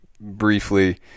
briefly